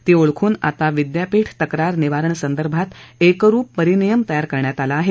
ती ओळखून आता विद्यापीठ तक्रार निवारण संदर्भात एकरुप परिनियम तयार करण्यात आला आहे